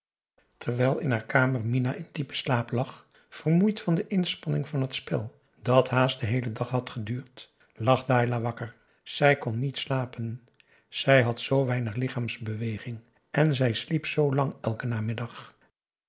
terwijl in haar kamer minah in diepen slaap lag vermoeid van de inspanning van het spel dat haast den heelen dag had geduurd lag dailah wakker zij kon niet slapen zij had zoo weinig lichaamsbeweging en zij sliep zoo lang elken namiddag